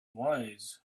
wise